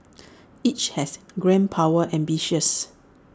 each has grand power ambitions